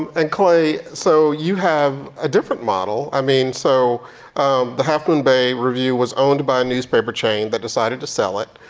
and clay, so you have a different model. i mean so the half moon bay review was owned by a newspaper chain that decided to sell it.